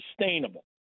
sustainable